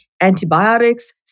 antibiotics